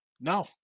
No